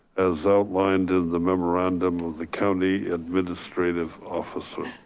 as outlined in the memorandum of the county administrative officer.